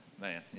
Man